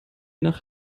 nach